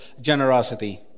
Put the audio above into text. generosity